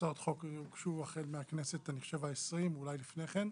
הצעות חוק הוגשו החל מהכנסת ה-20, אולי לפני כן.